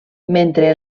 mentre